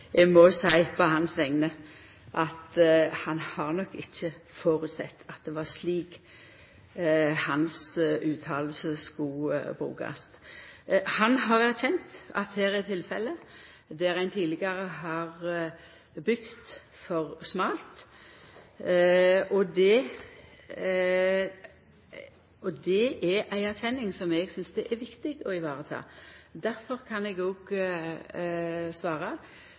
eg må seia, på vegner av han, at han nok ikkje hadde føresett at det var slik hans uttale skulle brukast. Han har erkjent at det er tilfelle der ein tidlegare har bygd for smalt, og det er ei erkjenning som eg synest det er viktig å ta vare på. Difor kan eg òg svara